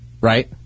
right